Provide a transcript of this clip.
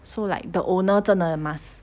so like the owner 真的 must